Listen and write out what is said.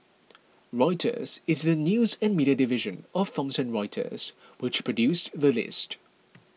Reuters is the news and media division of Thomson Reuters which produced the list